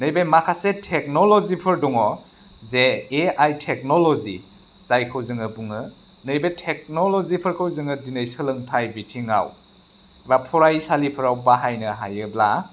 नैबे माखासे टेक्न'ल'जिफोर दङ जे एआइ टेक्न'ल'जि जायखौ जोङो बुङो नैबे टेक्न'ल'जिफोरखौ जोङो दिनै सोलोंथाइ बिथिङाव एबा फरायसालिफोराव बाहायनो हायोब्ला